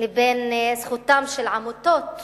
לבין זכותן של עמותות